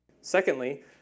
Secondly